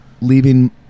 leaving